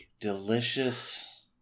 Delicious